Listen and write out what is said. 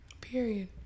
period